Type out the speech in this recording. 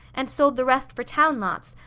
and sold the rest for town lots,